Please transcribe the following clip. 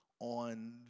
on